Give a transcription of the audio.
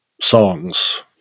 songs